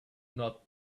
not